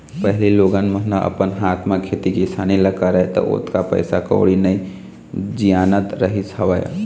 पहिली लोगन मन ह अपन हाथ म खेती किसानी ल करय त ओतका पइसा कउड़ी नइ जियानत रहिस हवय